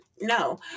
No